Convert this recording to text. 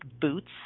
boots